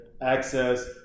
access